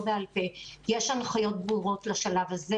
בעל-פה יש הנחיות ברורות עד לשלב הזה.